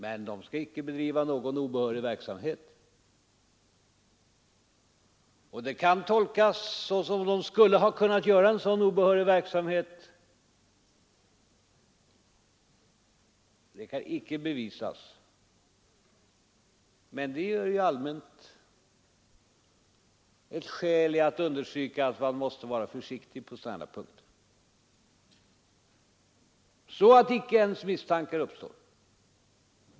Men de skall inte bedriva någon obehörig verksamhet. Det som inträffade kan tolkas som om de skulle ha kunnat bedriva” sådan obehörig verksamhet, men det kan inte bevisas. Det är ändå ett skäl att rent allmänt understryka att man måste vara försiktig på sådana här punkter, så att inte ens misstankar uppstår.